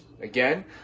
again